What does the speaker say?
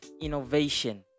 innovation